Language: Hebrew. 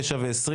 תשע ועשרים